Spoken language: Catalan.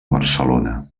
barcelona